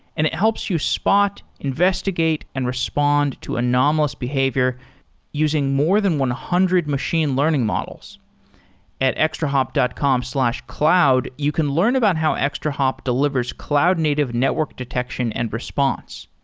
and it helps you spot, investigate and respond to anomalous behavior using more than one hundred machine learning models at extrahop dot com slash cloud, you can learn about how extrahop delivers cloud-native network detection and response.